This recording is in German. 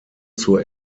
zur